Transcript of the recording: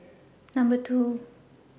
Number two